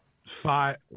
five